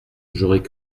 j’aurais